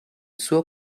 suo